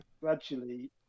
gradually